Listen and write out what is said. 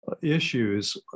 issues